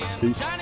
Peace